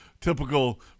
typical